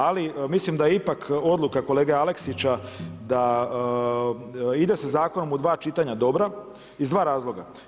Ali mislim da je ipak odluka kolege Aleksića da se ide sa zakonom u dva čitanja dobra iz dva razloga.